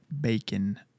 bacon